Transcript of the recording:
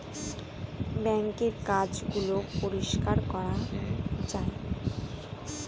বাঙ্কের কাজ গুলো পরিষ্কার করা যায়